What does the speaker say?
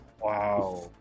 wow